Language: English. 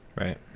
right